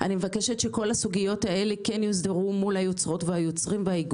אני מבקשת שכל הסוגיות האלה כן יוסדרו מול היוצרים והאיגודים.